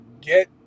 get